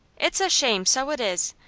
it's a shame, so it is!